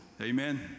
Amen